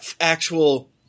actual